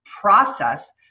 process